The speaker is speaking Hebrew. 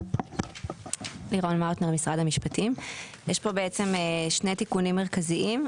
יש פה בעצם שני תיקונים מרכזיים.